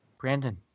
Brandon